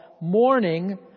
mourning